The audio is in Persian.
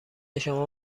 شما